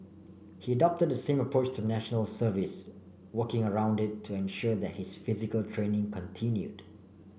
he adopted the same approach to National Service working around it to ensure that his physical training continued